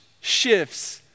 shifts